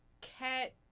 cat